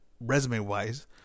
resume-wise